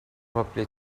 probably